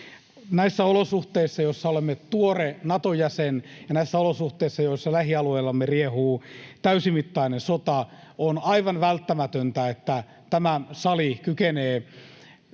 Näissä olosuhteissa, joissa olemme tuore Nato-jäsen, ja näissä olosuhteissa, joissa lähialueillamme riehuu täysimittainen sota, on aivan välttämätöntä, että tämä sali kykenee